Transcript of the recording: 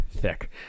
Thick